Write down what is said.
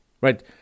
right